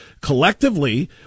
collectively